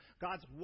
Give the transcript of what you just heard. God's